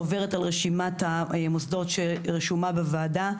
עוברת על רשימת המוסדות שרשומה בוועדה,